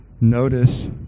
Notice